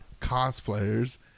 cosplayers